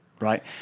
right